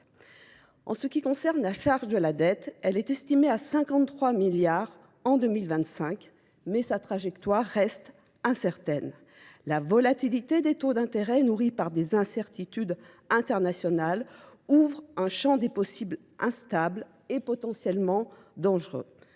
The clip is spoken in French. En ce qui concerne la charge de la dette, elle est estimée à 53 milliards en 2025, mais sa trajectoire reste incertaine. La volatilité des taux d'intérêt nourris par des incertitudes internationales ouvre un champ des possibles instables et potentiellement dangereux.